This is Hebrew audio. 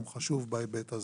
המבצע.